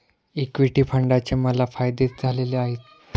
equity फंडाचे मला फायदेच झालेले आहेत